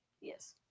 Yes